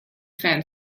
fan